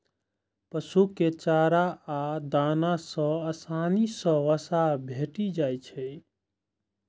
पशु कें चारा आ दाना सं आसानी सं वसा भेटि जाइ छै